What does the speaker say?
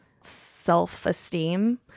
self-esteem